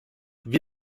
wie